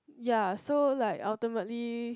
ya so like ultimately